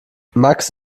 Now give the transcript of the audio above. max